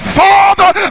father